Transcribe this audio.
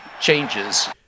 changes